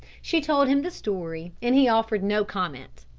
she told him the story, and he offered no comment.